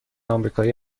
آمریکایی